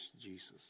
Jesus